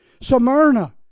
Smyrna